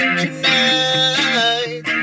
tonight